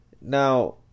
Now